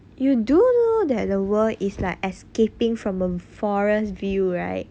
you do know that the world is like escaping from the forest view right